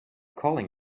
calling